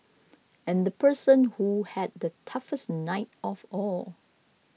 and the person who had the toughest night of all